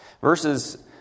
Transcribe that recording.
Verses